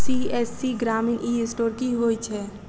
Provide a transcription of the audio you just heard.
CSC ग्रामीण e store की होइ छै?